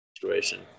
situation